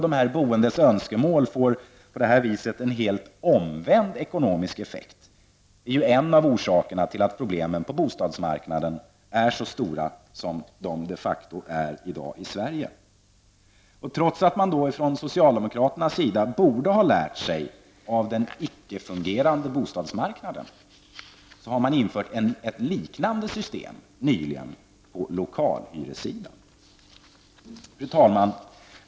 De boendes önskemål får på det viset en helt omvänd ekonomisk effekt. Det är en av orsakerna till att problemen på bostadsmarknaden är så stora som de se facto är i dag i Sverige. Trots att socialdemokraterna borde ha lärt sig av den icke fungerande bostadsmarknaden, har man nyligen infört ett liknande system på lokalhyressidan. Fru talman!